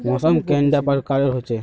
मौसम कैडा प्रकारेर होचे?